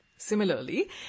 Similarly